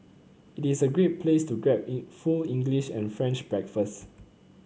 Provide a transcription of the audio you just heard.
it is a great place to grab in full English and French breakfast